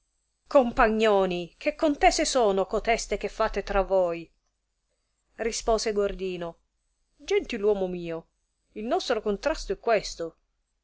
compagnoni che contese sono coteste che fate tra voi rispose gordino gentil uomo mio il nostro contrasto è questo